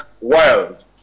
world